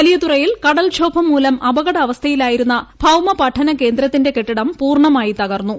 വലിയതുറയിൽ കടൽക്ഷോഭംമൂലം അപകടാവസ്ഥയിലായിരുന്ന ഭൌമ പഠന കേന്ദ്രത്തിന്റെ കെട്ടിടം പൂർണ്ണമായി തകർന്നു